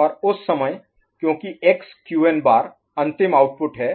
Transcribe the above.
और उस समय क्योंकि एक्स क्यूएन बार XQn'अंतिम आउटपुट है